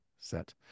set